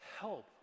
help